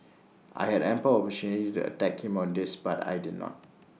I had ample opportunity to attack him on this but I did not